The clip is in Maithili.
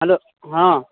हेलो हँ